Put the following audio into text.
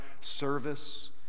service